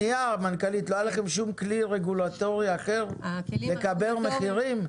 לא היה לכם כלי רגולטורי אחר לקבל מחירים?